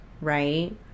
right